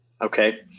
Okay